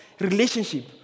relationship